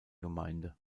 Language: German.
gemeinde